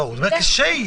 הוא מדבר על מצב כשיהיה.